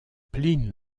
pline